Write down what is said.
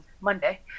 monday